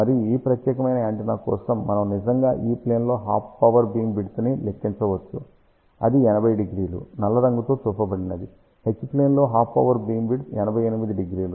మరియు ఈ ప్రత్యేకమైన యాంటెన్నా కోసం మనము నిజంగా E ప్లేన్ లో హాఫ్ పవర్ బీమ్ విడ్త్ ని లెక్కించవచ్చు అది 800 నల్ల రంగుతో చూపబడినది H ప్లేన్ లో హాఫ్ పవర్ బీమ్ విడ్త్ 880